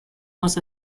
was